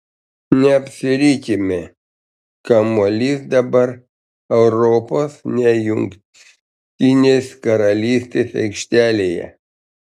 neapsirikime kamuolys dabar europos ne jungtinės karalystės aikštelėje